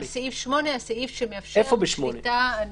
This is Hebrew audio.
סעיף 8 מאפשר שליטה -- איפה ב-8?